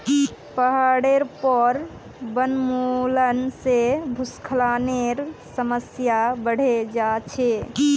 पहाडेर पर वनोन्मूलन से भूस्खलनेर समस्या बढ़े जा छे